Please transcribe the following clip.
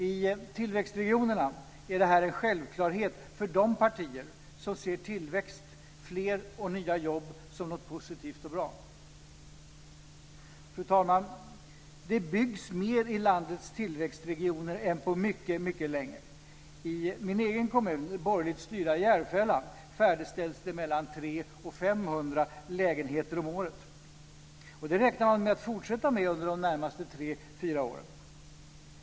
I tillväxtregionerna är detta en självklarhet för de partier som ser tillväxt och fler och nya jobb som något positivt och bra. Fru talman! Det byggs mer i landets tillväxtregioner än på mycket länge. I min egen kommun - borgerligt styrda Järfälla - färdigställs det mellan 300 och 500 lägenheter om året. Och det räknar man med att fortsätta med under de närmaste tre fyra åren.